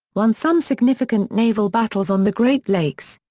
won some significant naval battles on the great lakes.